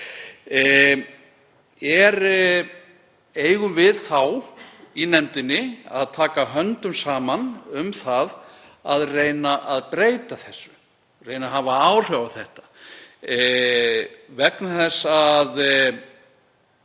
Eigum við þá í nefndinni að taka höndum saman um að reyna að breyta þessu, reyna að hafa áhrif á þetta, vegna þess að